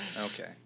Okay